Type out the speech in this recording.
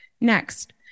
Next